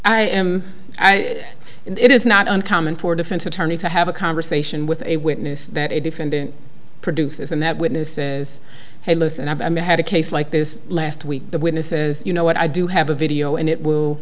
i am and it is not uncommon for a defense attorney to have a conversation with a witness that a defendant produces and that witnesses hey listen i mean i had a case like this last week the witnesses you know what i do have a video and it will